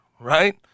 right